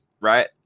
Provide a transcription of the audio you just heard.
right